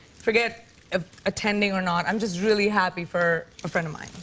forget attending or not. i'm just really happy for a friend of mine.